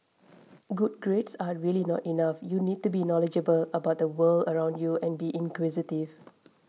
good grades are really not enough you need to be knowledgeable about the world around you and be inquisitive